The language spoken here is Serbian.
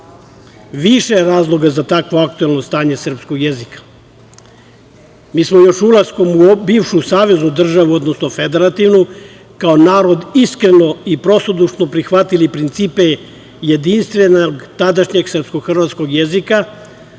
Više je razloga za takvo aktuelno stanje srpskog jezika. Mi smo još ulaskom u bivšu saveznu državu, odnosno federativnu, kao narod iskreno i prostodušno prihvatili principe jedinstvenog tadašnjeg srpsko-hrvatskog jezika